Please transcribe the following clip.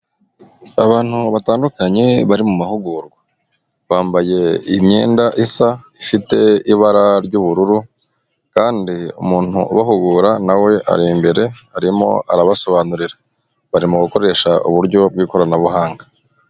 Abantu batandukanye bari mu mahugurwa, bambaye imyenda isa ifite ibara ry'ubururu, kandi umuntu ubahugura nawe ari imbere arimo arabasobanurira bari mu gukoresha uburyo bw'ikoranabuhanga.